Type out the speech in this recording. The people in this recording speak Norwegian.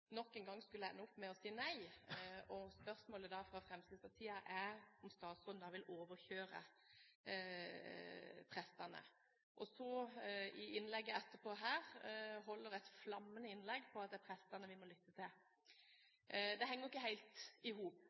spørsmålet fra Fremskrittspartiet var om statsråden da vil overkjøre prestene, når de etterpå her holder et flammende innlegg om at det er prestene vi må lytte til. Det henger ikke helt i hop.